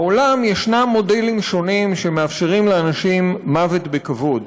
בעולם יש מודלים שונים שמאפשרים לאנשים מוות בכבוד: